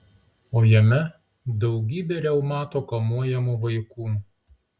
o jame daugybė reumato kamuojamų vaikų